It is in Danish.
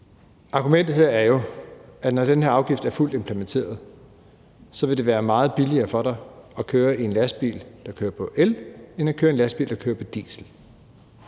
argumentet her er jo, at når den her afgift er fuldt implementeret, vil det være meget billigere for dig at køre i en lastbil, der kører på el, end at køre i en lastbil, der kører på diesel.